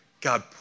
God